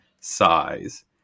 size